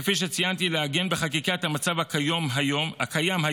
כפי שציינתי, לעגן בחקיקה את המצב הקיים היום,